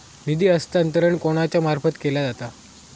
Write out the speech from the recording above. निधी हस्तांतरण कोणाच्या मार्फत केला जाता?